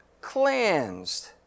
cleansed